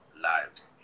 lives